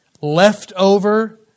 leftover